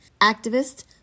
activist